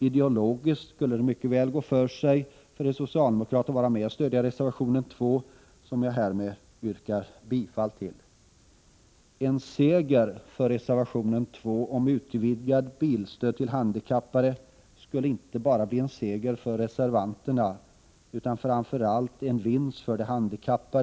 Ideologiskt skulle det mycket väl gå för sig för en socialdemokrat att vara med och stödja reservation 2, som jag härmed yrkar bifall till. En seger för reservation 2, som handlar om ett utvidgat bilstöd till handikappade, skulle inte bara bli en seger för reservanterna utan, framför allt, också en vinst för de handikappade.